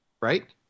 Right